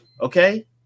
Okay